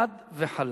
חד וחלק.